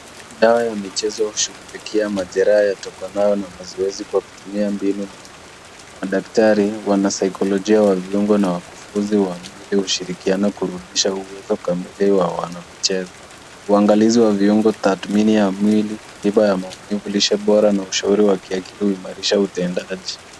Dawa ya michezo hushughulikia majeraa yatokenayo na mazoezi kwa kutumia mbinu mahali. Madaktari wanasikolojia wa viungo na wakufuzi wa mwili ushirikiana kurudisha uwezo kamili wa wana michezo. Uangalizi wa viungo tathmini ya mwili, tiba ya maumivu, lishe bora na ushauri wa kiakili uimarisha utendaaji.